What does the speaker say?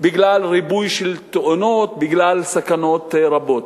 בגלל ריבוי של תאונות, בגלל סכנות רבות.